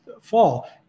fall